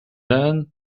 then